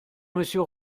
monsieur